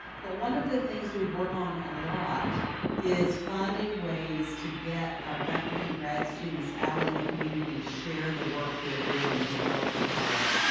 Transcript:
but one of the things we work on a lot is finding ways to get our faculty and grad students out in the community to share the work their doing with the larger public.